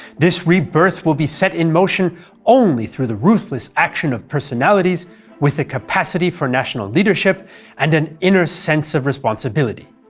this rebirth will be set in motion only through the ruthless action of personalities with a capacity for national leadership and an inner sense of responsibility.